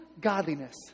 godliness